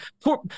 poor